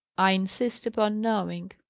i insist upon knowing.